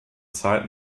zeit